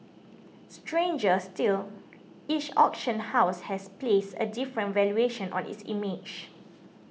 stranger still each auction house has placed a different valuation on its image